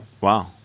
Wow